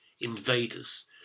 invaders